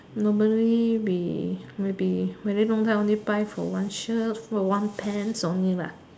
normally we maybe very long time only buy for one shirt for one pants only lah